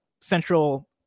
central